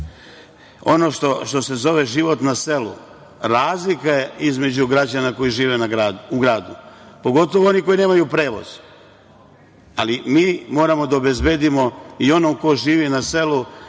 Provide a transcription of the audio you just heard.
što se zove život na selu razlika je između građana koji žive u gradu. Pogotovo oni koji nemaju prevoz, ali mi moramo da obezbedimo i onog ko živi na selu